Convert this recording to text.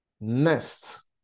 Nest